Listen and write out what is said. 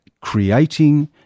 creating